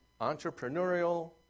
entrepreneurial